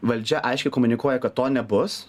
valdžia aiškiai komunikuoja kad to nebus